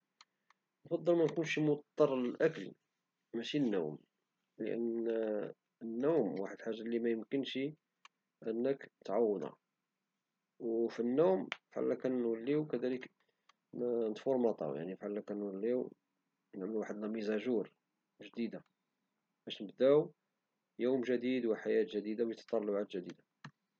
كنفضل منكونشي مضطر للأكل ماش النوم لأن النوم هي واحد الحاجة لي ميمكنشي أنك تعوضها وفي النوم فحال كنتفورماطاو كنوليو نعملو واحد لميزاجور جديدة باش نبداو يوم جديد وحياة جديدة بتطلعات جديدة.